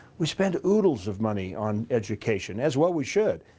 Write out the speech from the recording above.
we spend oodles of money on education, as well we should,